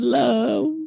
love